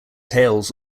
tales